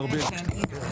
כן.